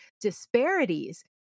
disparities